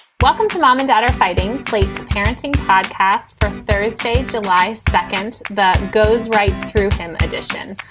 platform for mom and dad are fighting sleep. parenting podcast from various states, allies, seconds that goes right through. in addition,